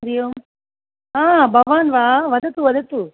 हरि ओम् भवान् वा वदतु वदतु